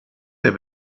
der